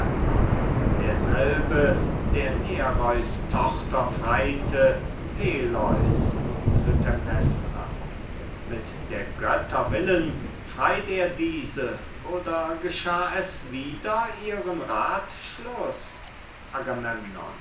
derselbe der nereus tochter freite peleus klytämnestra mit der götter willen freit er diese oder geschah es wider ihren